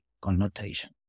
connotation